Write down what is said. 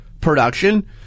production